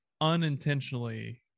unintentionally